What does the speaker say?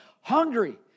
hungry